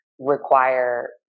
require